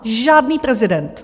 Žádný prezident.